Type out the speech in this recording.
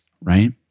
right